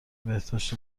بهداشت